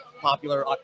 popular